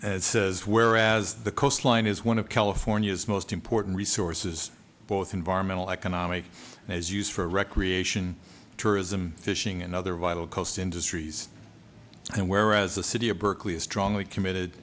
as says whereas the coastline is one of california's most important resources both environmental economic as used for recreation tourism fishing and other vital coast industries and whereas the city of berkeley is strongly committed